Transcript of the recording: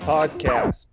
Podcast